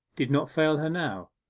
did not fail her now.